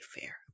fair